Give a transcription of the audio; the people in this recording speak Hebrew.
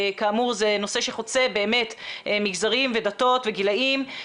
כאמור, זה נושא שחוצה מגזרים ודתות וגילאים.